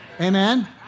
Amen